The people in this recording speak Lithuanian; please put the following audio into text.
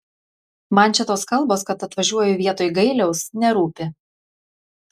man čia tos kalbos kad atvažiuoju vietoj gailiaus nerūpi